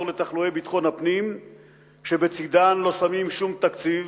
לתחלואי ביטחון הפנים שבצדן לא שמים שום תקציב,